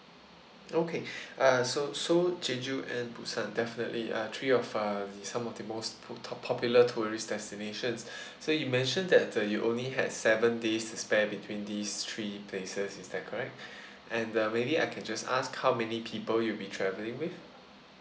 okay uh so seoul jeju and busan definitely uh three of uh the some of the most pop top popular tourist destinations so you mentioned that uh you only had seven days to spare between these three places is that correct and uh maybe I can just ask how many people you'll be travelling with